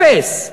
אפס.